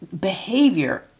behavior